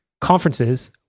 conferences